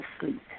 sleep